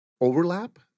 overlap